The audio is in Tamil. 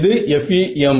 இது FEM